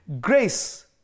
Grace